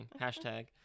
Hashtag